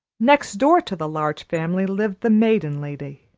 next door to the large family lived the maiden lady,